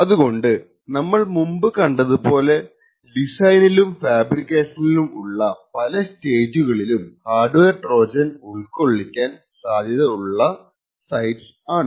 അതുകൊണ്ട് നമ്മൾ മുമ്പ് കണ്ടത് പോലെ ഡിസൈനിലും ഫാബ്രിക്കേഷനിലും ഉള്ള പല സ്റ്റേജുകളിലും ഹാർഡ്വെയർ ട്രോജൻ ഉൾക്കൊള്ളിക്കാൻ സാധ്യത ഉള്ള സൈറ്റ്സ് ആണ്